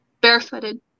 barefooted